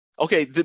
Okay